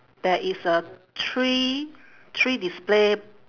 there is a three three display